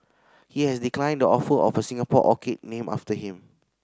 he has declined the offer of a Singapore orchid named after him